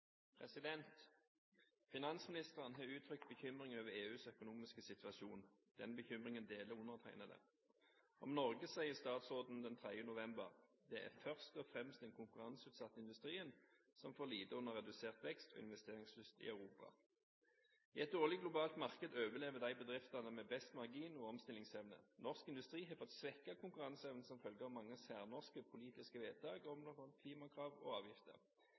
har uttrykt bekymring over EUs økonomiske situasjon. Den bekymringen deler undertegnede. Om Norge sier statsråden 3. november: «Det er først og fremst den konkurranseutsatte industrien som får lide under redusert vekst og investeringslyst i Europa.» I et dårlig globalt marked overlever de bedrifter med best marginer og omstillingsevne. Norsk industri har fått svekket konkurranseevne som følge av mange særnorske, politiske vedtak om klimakrav og